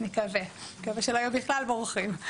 נקווה שלא יהיו בכלל בורחים.